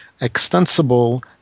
extensible